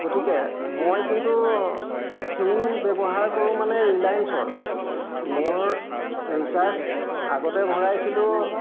গতিকে মই কিন্তু চিম ব্যৱহাৰ কৰোঁ মানে ৰিলায়েন্সৰ মোৰ ৰিচাৰ্জ আগতে ভৰাইছিলোঁ